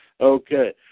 Okay